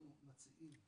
אנחנו מציעים,